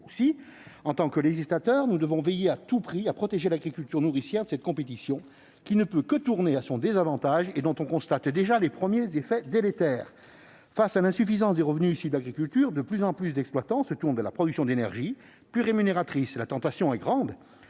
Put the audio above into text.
». Aussi, en tant que législateurs, nous devons veiller à protéger à tout prix l'agriculture nourricière de cette compétition, qui ne peut que tourner à son désavantage et dont on constate déjà les premiers effets délétères. Face à l'insuffisance des revenus issus de l'agriculture, de plus en plus d'exploitants se tournent vers la production d'énergie, plus rémunératrice. La tentation est grande,